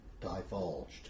divulged